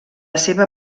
seva